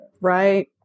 Right